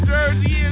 Jersey